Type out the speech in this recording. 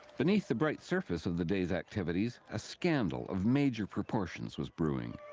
beneath the bright surface of the day's activities, a scandal of major proportions was brewing.